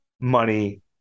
money